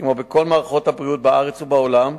כמו בכל מערכות הבריאות בארץ ובעולם,